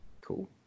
Cool